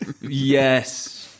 Yes